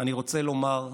אני רוצה לומר: